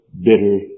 bitter